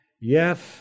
Yes